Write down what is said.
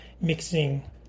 Mixing